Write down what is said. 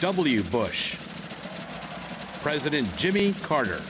w bush president jimmy carter